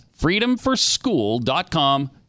freedomforschool.com